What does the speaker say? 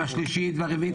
השלישית והרביעית.